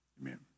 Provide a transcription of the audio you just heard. Amen